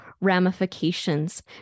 ramifications